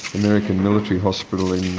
american military hospital in